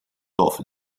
often